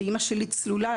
ואימא שלי צלולה,